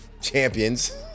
champions